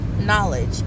knowledge